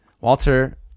Walter